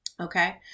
okay